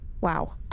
Wow